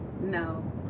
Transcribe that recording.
No